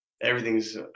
Everything's